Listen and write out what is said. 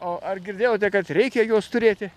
o ar girdėjote kad reikia juos turėti